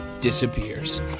disappears